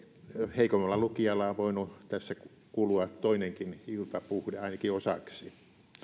heikommalla lukijalla on voinut tässä kulua toinenkin iltapuhde ainakin osaksi